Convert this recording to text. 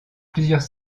plusieurs